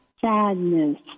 sadness